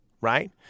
Right